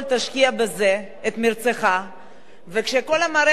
וכשכל המערכת תהיה עם בסיס נתונים אחד,